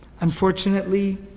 unfortunately